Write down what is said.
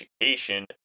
education